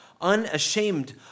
unashamed